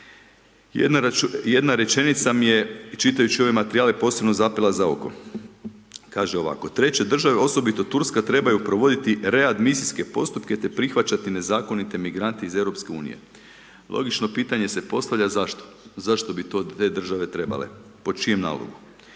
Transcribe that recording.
Jedna rečenica mi je, čitajući ove materijale, posebno zapela za oko. Kaže ovako, treće države, osobite Turska, trebaju provoditi readmisijske postupke, te prihvaćati nezakonite migrante iz Europske unije. Logično pitanje se postavlja, zašto? Zašto bi to te države trebale, po čijem nalogu?